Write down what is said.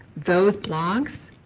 those blogs,